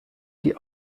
die